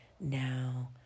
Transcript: now